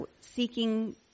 seeking